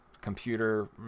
computer